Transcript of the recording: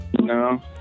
No